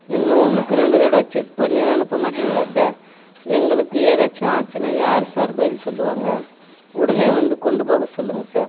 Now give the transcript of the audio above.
நீங்கள் ஒன்றுக்கு ரெண்டு தடவை செக் பண்ணி அனுப்ப மாட்டீங்களா சார் எங்களுக்கு ஏதாச்சும் ஆச்சுன்னால் யார் சார் பதில் சொல்லுவாங்க உடனே வந்து கொண்டு போக சொல்லுங்கள் சார்